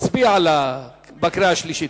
מצביע בקריאה השלישית.